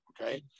Okay